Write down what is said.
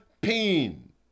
pain